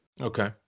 Okay